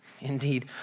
Indeed